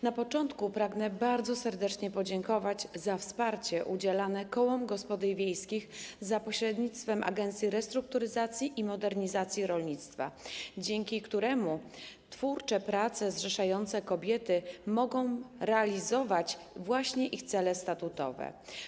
Na początku pragnę bardzo serdecznie podziękować za wsparcie udzielane kołom gospodyń wiejskich za pośrednictwem Agencji Restrukturyzacji i Modernizacji Rolnictwa, dzięki któremu twórcze prace zrzeszające kobiety mogą realizować właśnie ich cele statutowe.